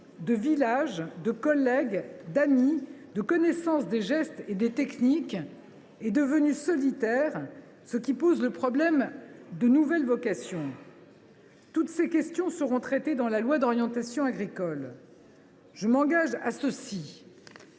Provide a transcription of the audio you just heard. de village, de collègues, d’amis, de connaissance des gestes et des techniques, est devenu solitaire, ce qui pose le problème des nouvelles vocations. « Toutes ces questions seront traitées dans la loi d’orientation agricole. Je m’engage à ce